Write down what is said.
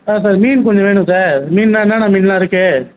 ஆ sir மீன் கொஞ்சம் வேணும் சார் மீன்னா என்னான்ன மீன்லாம் இருக்குது